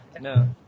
no